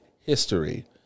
history